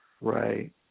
Right